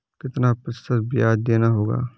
कितना प्रतिशत ब्याज देना होगा?